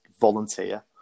volunteer